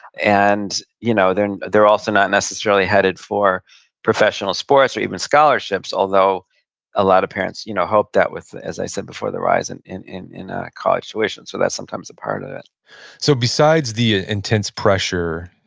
and you know they're and they're also not necessarily headed for professional sports or even scholarships, although a lot of parents you know hope that with, as i said before, the rise and in in ah college tuition. so that's sometimes a part of it so besides the intense pressure,